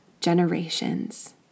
generations